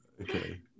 Okay